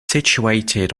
situated